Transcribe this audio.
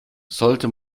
sollte